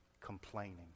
complaining